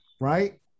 right